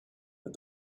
but